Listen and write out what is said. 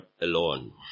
alone